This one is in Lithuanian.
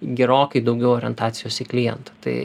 gerokai daugiau orientacijos į klientą tai